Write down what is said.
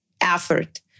effort